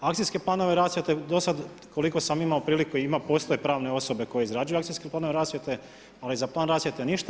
Akcijske planove rasvjete do sada koliko sam imao priliku, ima, postoje pravne osobe koje izrađuju akcijske planove rasvjete, ali za plan rasvjete ništa.